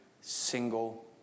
single